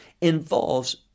involves